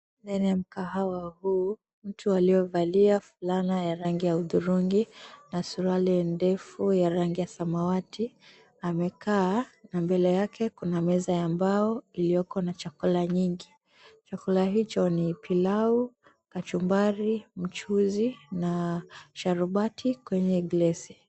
Ndani ya mkahawa huu, mtu aliyevalia fulana ya rangi ya udhurungi na suruali ndefu ya rangi ya samawati amekaa na mbele yake Kuna meza ya mbao iliyoko na chakula nyingi. Chakula hicho ni pilau, kachumbari, mchuuzi na sharubati kwenye glesi.